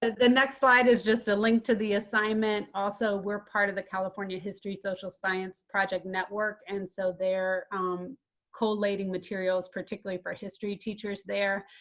the next slide is just a link to the assignment. also, we're part of the california history social science project network, and so they're collating materials, particularly for history teachers there,